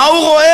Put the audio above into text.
מה הוא רואה?